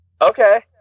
Okay